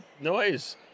noise